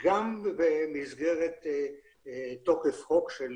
גם הדוח וגם נושא לעומק ואז ייווצר איזשהו